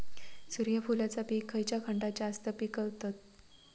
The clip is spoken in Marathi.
सूर्यफूलाचा पीक खयच्या खंडात जास्त पिकवतत?